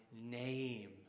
name